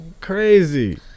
Crazy